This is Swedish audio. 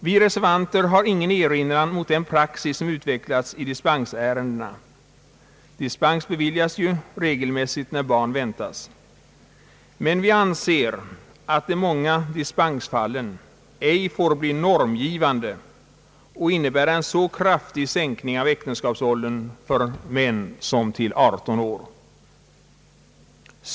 Vi reservanter har ingen erinran mot den praxis som utvecklats i dispensärendena — dispens beviljas nu regelmässigt när barn väntas — men vi anser att de många dispensfallen inte får bli normgivande och innebära en så kraftig sänkning av äktenskapsåldern för män som till 18 år.